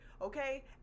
Okay